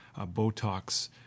botox